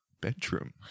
bedroom